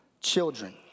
children